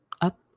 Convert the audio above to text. up